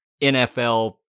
NFL